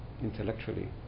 intellectually